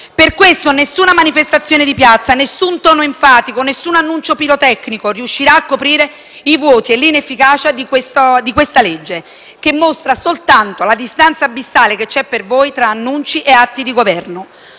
Per questo nessuna manifestazione di piazza, nessun tono enfatico, nessun annuncio pirotecnico riuscirà a coprire i vuoti e l'inefficacia di questo provvedimento che mostra soltanto la distanza abissale che passa tra i vostri annunci e gli atti di governo.